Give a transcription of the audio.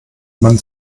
man